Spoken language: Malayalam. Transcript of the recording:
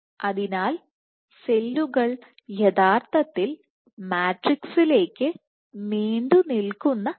അതിനാൽ സെല്ലുകൾയഥാർത്ഥത്തിൽ മാട്രിക്സിലേക്ക് നീണ്ടുനിൽക്കുന്ന ഘടനയിലാണ്